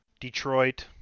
Detroit